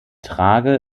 trage